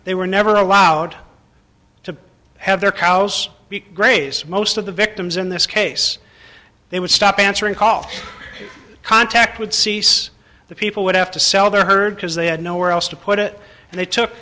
they were never allowed to have their cows graze most of the victims in this case they would stop answering call contact would cease the people would have to sell their herd because they had nowhere else to put it and they took